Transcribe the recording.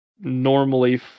normally